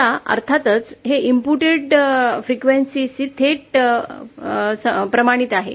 आता अर्थातच हे इनपुटच्या वारंवारतेशी थेट प्रमाणित आहे